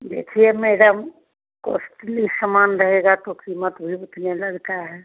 देखिए madam costly सामान रहेगा तो कीमत भी उतनी लगती है